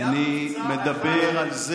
היה מבצע אחד?